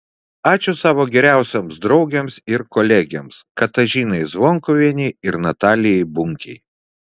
ačiū savo geriausioms draugėms ir kolegėms katažinai zvonkuvienei ir natalijai bunkei